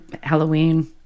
Halloween